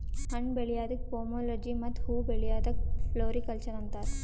ಹಣ್ಣ್ ಬೆಳ್ಯಾದಕ್ಕ್ ಪೋಮೊಲೊಜಿ ಮತ್ತ್ ಹೂವಾ ಬೆಳ್ಯಾದಕ್ಕ್ ಫ್ಲೋರಿಕಲ್ಚರ್ ಅಂತಾರ್